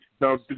Now